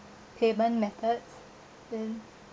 payment methods then